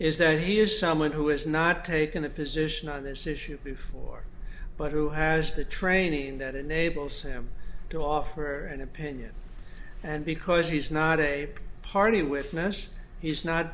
is that he is someone who has not taken a position on this issue before but who has the training that enables him to offer an opinion and because he's not a party with mess he's not